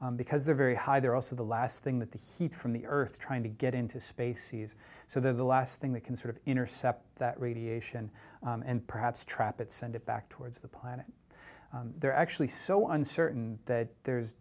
because they're very high they're also the last thing that the heat from the earth trying to get into space so they're the last thing that can sort of intercept that radiation and perhaps trap it send it back towards the planet they're actually so uncertain that there's